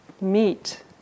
meet